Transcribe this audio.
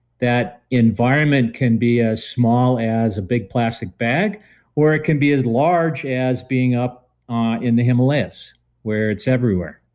that environment can be as small as a big plastic bag or it can be as large as being up ah in the himalayas where it's everywhere.